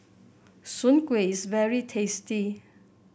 Soon Kuih is very tasty